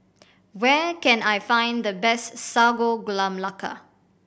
where can I find the best Sago Gula Melaka